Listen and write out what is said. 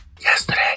yesterday